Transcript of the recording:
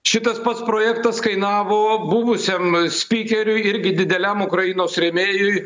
šitas pats projektas kainavo buvusiam spykeriui irgi dideliam ukrainos rėmėjui